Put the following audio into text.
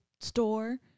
store